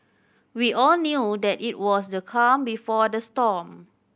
we all knew that it was the calm before the storm